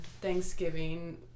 thanksgiving